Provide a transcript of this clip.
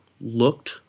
looked